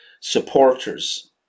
supporters